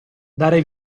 dare